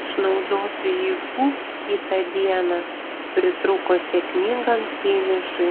išnaudotų jėgų kitą dieną pritrūko sėkmingam finišui